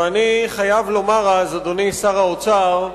ואני חייב לומר, אדוני שר האוצר,